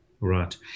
Right